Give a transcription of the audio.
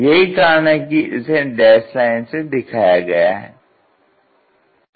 यही कारण है कि इसे डैस लाइन से दिखाया गया है